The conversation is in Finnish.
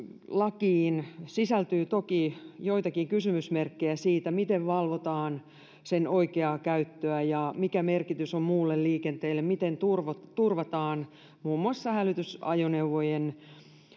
lakiin sisältyy toki joitakin kysymysmerkkejä siitä miten valvotaan sen oikeaa käyttöä ja mikä sen merkitys on muulle liikenteelle miten turvataan turvataan muun muassa hälytysajoneuvojen